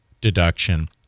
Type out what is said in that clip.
deduction